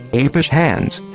apish hands.